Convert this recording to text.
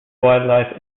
wildlife